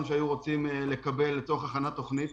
שהיו רוצים לקבל לצורך הכנת התוכנית.